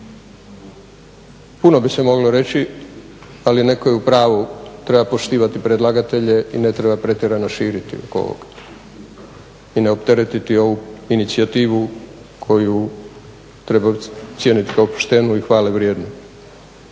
Puno bi se moglo reći, ali neko je u pravu, treba poštivati predlagatelje i ne treba pretjerano širiti i ne opteretiti ovu inicijativu koju treba cijeniti kao poštenu i hvalevrijednu.